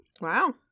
Wow